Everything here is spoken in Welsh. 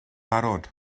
barod